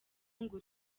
ngo